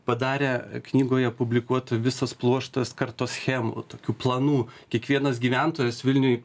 padarę knygoje publikuota visas pluoštas kartoschemų tokių planų kiekvienas gyventojas vilniuj